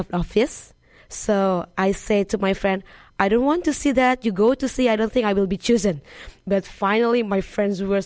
of a fetus so i say to my friend i don't want to see that you go to see i don't think i will be choosing but finally my friends w